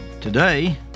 Today